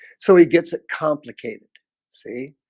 so he gets it complicated see